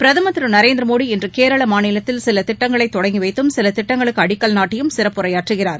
பிரதம் திரு நரேந்திர மோடி இன்று கேரள மாநிலத்தில் சில திட்டங்களை தொடங்கி வைத்தும் சில திட்டங்களுக்கு அடிக்கல் நாட்டியும் சிறப்புரையாற்றுகிறார்